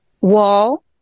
wall